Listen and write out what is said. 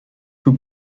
who